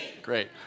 Great